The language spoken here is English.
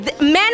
men